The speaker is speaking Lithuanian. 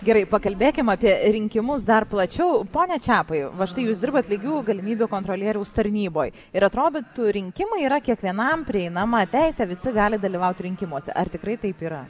gerai pakalbėkim apie rinkimus dar plačiau pone čepai va štai jūs dirbat lygių galimybių kontrolieriaus tarnyboj ir atrodytų rinkimai yra kiekvienam prieinama teisė visi gali dalyvauti rinkimuose ar tikrai taip yra